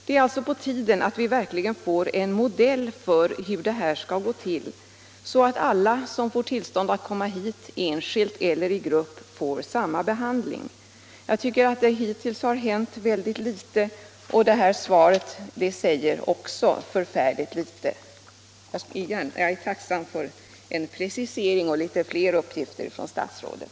Det är alltså på tiden att vi verkligen får en modell för hur det här skall gå till, så att alla som får tillstånd att komma hit — enskilt eller i grupp —- får samma behandling. Jag tycker att det hittills har hänt väldigt litet, och svaret säger också förfärligt litet. Jag är alltså tacksam för en precisering och litet fler uppgifter från statsrådet.